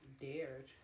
Dared